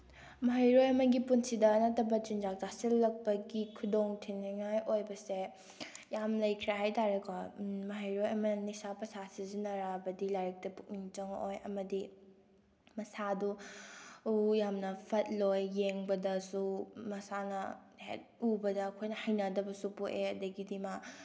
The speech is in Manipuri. ꯃꯍꯩꯔꯣꯏ ꯑꯃꯒꯤ ꯄꯨꯟꯁꯤꯗ ꯅꯠꯇꯕ ꯆꯤꯟꯖꯥꯛ ꯆꯥꯁꯤꯟꯂꯛꯄꯒꯤ ꯈꯨꯗꯣꯡꯊꯤꯅꯤꯉꯥꯏ ꯑꯣꯏꯕꯁꯦ ꯌꯥꯝ ꯂꯩꯈ꯭ꯔꯦ ꯍꯥꯏ ꯇꯥꯔꯦꯀꯣ ꯃꯍꯩꯔꯣꯏ ꯑꯃꯅ ꯅꯤꯁꯥ ꯄꯁꯥ ꯁꯤꯖꯤꯟꯅꯔꯛꯑꯕꯗꯤ ꯂꯥꯏꯔꯤꯛꯇ ꯄꯨꯛꯅꯤꯡ ꯆꯪꯉꯛꯑꯣꯏ ꯑꯃꯗꯤ ꯃꯁꯥꯗꯨ ꯃꯎ ꯌꯥꯝꯅ ꯐꯠꯂꯣꯏ ꯌꯦꯡꯕꯗꯁꯨ ꯃꯁꯥꯅ ꯍꯦꯛ ꯎꯕꯗ ꯑꯩꯈꯣꯏꯅ ꯍꯩꯅꯗꯕꯁꯨ ꯄꯣꯛꯑꯦ ꯑꯗꯒꯤꯗꯤ ꯃꯥ